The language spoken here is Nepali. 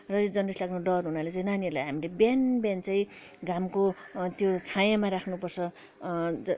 र यो जन्डिस लाग्ने डर हुनाले चाहिँ नानीहरूलाई हामीले बिहान बिहान चाहिँ घामको त्यो छाँयामा राख्नुपर्छ